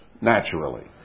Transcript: naturally